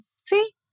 See